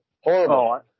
Horrible